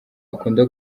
akunda